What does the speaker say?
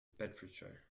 bedfordshire